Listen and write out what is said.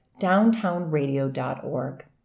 downtownradio.org